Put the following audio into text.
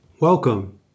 welcome